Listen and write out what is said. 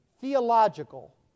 theological